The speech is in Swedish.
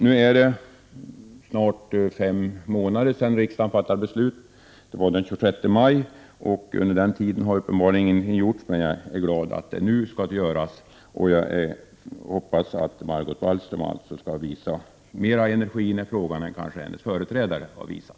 Nu är det snart fem månader sedan riksdagen fattade nämnda beslut. Närmare bestämt var det den 26 maj. Under den tid som gått sedan dess har uppenbarligen ingenting gjorts. Men jag är, som sagt, glad över att man nu kommer att vidta åtgärder. Jag hoppas således att Margot Wallström skall visa mer energi i frågan än hennes företrädare kanske har visat.